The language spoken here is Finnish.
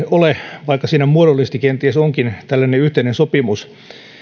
ole vaikka siinä muodollisesti kenties onkin tällainen yhteinen sopimus